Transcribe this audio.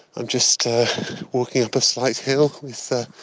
i'm just walking up a slight hill with, ah,